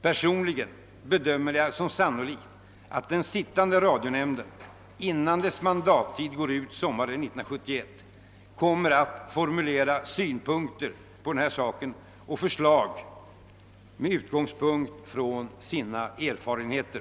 Personligen bedömer jag det som sannolikt att den sittande radionämnden, innan dess mandattid går ut sommaren 1971, kommer att formulera synpunkter på denna sak och framlägga förslag med utgångspunkt i sina erfarenheter.